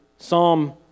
Psalm